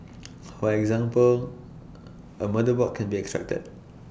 for example A motherboard can be extracted